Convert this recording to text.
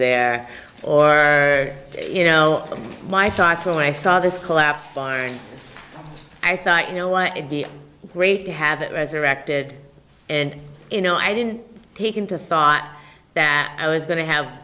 there or you know my thoughts when i saw this collapse fine i thought you know why it be great to have it resurrected and you know i didn't take into thought that i was going to have